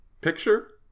picture